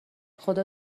خدا